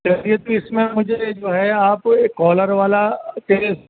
لیے تو اس میں مجھے جو ہے آپ ایک کالر والا کے